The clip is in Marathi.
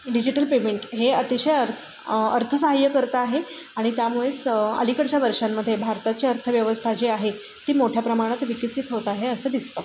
डिजिटल पेमेंट हे अतिशय अ अर्थ साह्य करत आहे आणि त्यामुळेच अलीकडच्या वर्षांमध्ये भारताची अर्थव्यवस्था जी आहे ती मोठ्या प्रमाणात विकसित होत आहे असं दिसतं